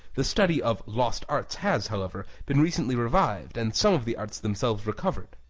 the study of lost arts has, however, been recently revived and some of the arts themselves recovered.